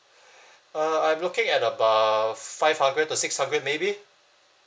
uh I'm looking at about five hundred to six hundred maybe